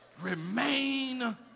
Remain